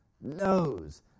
knows